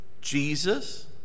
Jesus